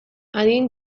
adin